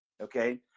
okay